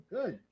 Good